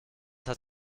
hat